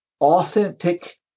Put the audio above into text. authentic